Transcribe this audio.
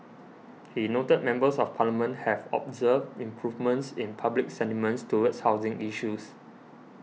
he noted that Members of Parliament have observed improvements in public sentiments towards housing issues